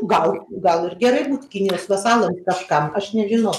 gal gal ir gerai būt kinijos vasalam kažkam aš nežinau